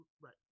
right